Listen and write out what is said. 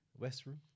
westroom